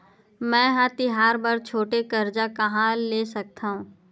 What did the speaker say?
मेंहा तिहार बर छोटे कर्जा कहाँ ले सकथव?